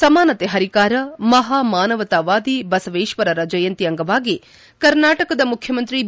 ಸಮಾನತೆ ಹರಿಕಾರ ಮಹಾ ಮಾನವತಾವಾದಿ ಬಸವೇಶ್ವರರ ಜಿಯಂತಿ ಅಂಗವಾಗಿ ಕರ್ನಾಟಕದ ಮುಖ್ಯಮಂತ್ರಿ ಬಿ